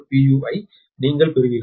u ஐ நீங்கள் பெறுவீர்கள்